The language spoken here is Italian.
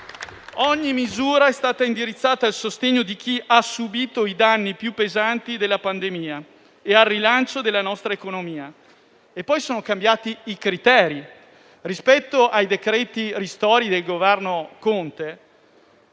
Ogni misura è stata indirizzata al sostegno di chi ha subito i danni più pesanti della pandemia e al rilancio della nostra economia. Sono poi cambiati i criteri: rispetto ai decreti ristori del Governo Conte,